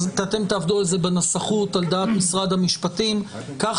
אז אתם תעבדו על זה בנסחות על דעת משרד המשפטים כך